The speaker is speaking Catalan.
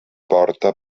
porta